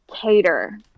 cater